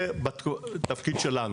זה תפקיד שלנו.